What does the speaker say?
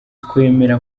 twemera